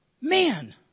Man